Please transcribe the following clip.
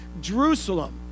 Jerusalem